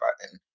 button